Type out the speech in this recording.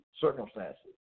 circumstances